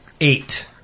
Eight